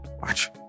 Watch